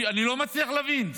אני לא מצליח להבין,